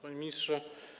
Panie Ministrze!